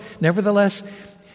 Nevertheless